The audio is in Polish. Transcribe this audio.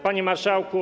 Panie Marszałku!